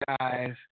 guys